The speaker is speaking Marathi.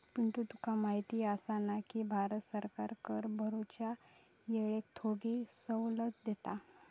पिंटू तुका माहिती आसा ना, की भारत सरकार कर भरूच्या येळेक थोडी सवलत देता